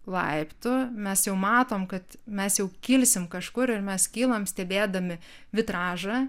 laiptų mes jau matom kad mes jau kilsim kažkur ir mes kylam stebėdami vitražą